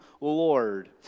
Lord